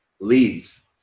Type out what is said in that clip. leads